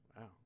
Wow